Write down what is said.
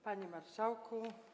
Panie Marszałku!